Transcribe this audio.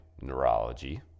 neurology